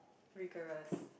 rigorous